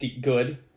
good